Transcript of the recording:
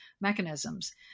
Mechanisms